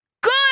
Good